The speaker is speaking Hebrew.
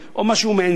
או משהו מעין זה.